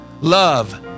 Love